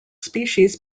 species